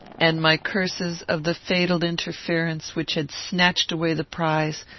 and my curses of the fatal interference which had snatched away the prize,